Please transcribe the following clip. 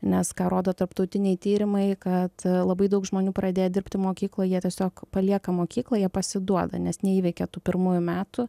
nes ką rodo tarptautiniai tyrimai kad labai daug žmonių pradėję dirbti mokykloj jie tiesiog palieka mokyklą jie pasiduoda nes neįveikia tų pirmųjų metų